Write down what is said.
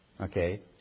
okay